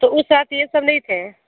तो उस रात ये सब नहीं थें